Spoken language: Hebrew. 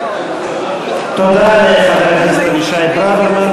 תודה לחבר הכנסת אבישי ברוורמן.